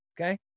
Okay